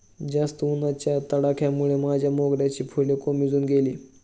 जास्त उन्हाच्या तडाख्यामुळे माझ्या मोगऱ्याची फुलं कोमेजून गेली